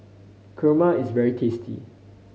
kurma is very tasty